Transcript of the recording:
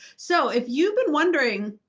so if you've been wondering,